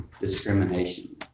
discrimination